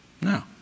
No